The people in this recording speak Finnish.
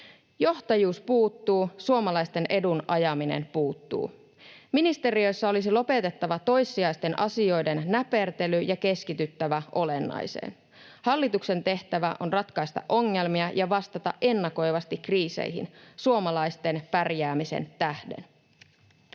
Johtajuus puuttuu, suomalaisten edun ajaminen puuttuu. Ministeriöissä olisi lopetettava toissijaisten asioiden näpertely ja keskityttävä olennaiseen. Hallituksen tehtävä on ratkaista ongelmia ja vastata ennakoivasti kriiseihin suomalaisten pärjäämisen tähden.